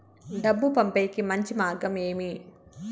డబ్బు పంపేకి మంచి మార్గం ఏమి